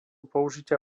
použitia